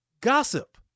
gossip